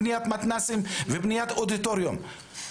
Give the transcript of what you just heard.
בניית מתנ"סים ובניית אודיטוריום.